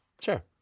Sure